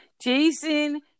Jason